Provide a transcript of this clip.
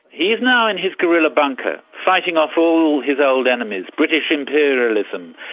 he is now in his guerrilla bunker fighting off all his old enemies, british imperialism,